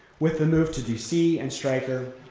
with the move to d c. and stryker,